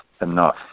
enough